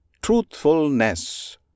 truthfulness